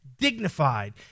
dignified